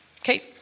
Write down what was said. okay